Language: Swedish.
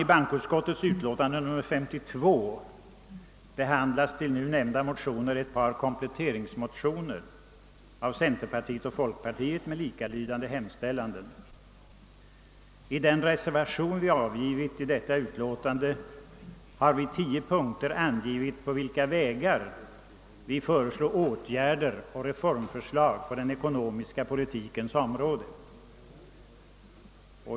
I bankoutskottets utlåtande nr 52 behandlas i anslutning till nu nämnda motioner ett par kompletteringsmotioner av centerpartiet och folkpartiet med likalydande hemställan. I den reservation vi avgivit till detta utlåtande har i tio punkter angivits på vilka vägar vi föreslår åtgärder och reformer på den ekonomiska politikens område.